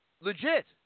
legit